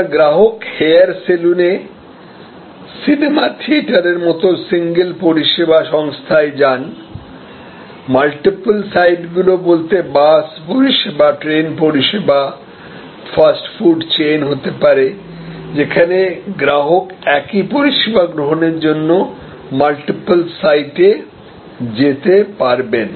সুতরাং গ্রাহক হেয়ার সেলুনে সিনেমা থিয়েটারের মতো সিঙ্গেল পরিষেবা সংস্থায় যান মাল্টিপল সাইটগুলি বলতে বাস পরিষেবা ট্রেন পরিষেবা ফাস্ট ফুড চেইন হতে পারে যেখানে গ্রাহক একই পরিষেবা গ্রহণের জন্য মাল্টিপল সাইটে যেতে পারেন